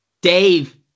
Dave